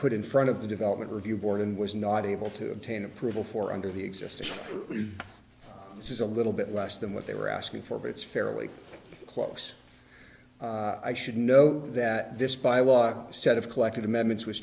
put in front of the development review board and was not able to obtain approval for under the existing this is a little bit less than what they were asking for but it's fairly close i should note that this bylaw set of collected amendments w